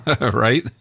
right